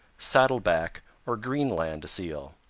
saddle-back or greenland seal.